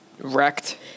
Wrecked